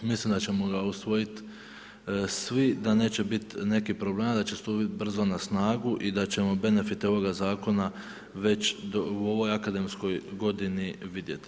Mislim da ćemo ga usvojiti svi, da neće biti nekih problema, da će stupiti brzo na snagu i da ćemo benefite ovoga zakona već u ovoj akademskoj godini vidjeti.